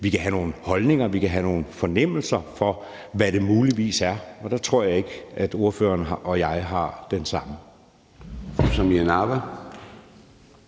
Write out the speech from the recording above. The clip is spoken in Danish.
Vi kan have nogle holdninger, og vi kan have nogle fornemmelser for, hvad det muligvis er, men der tror jeg ikke, at spørgeren og jeg har de samme.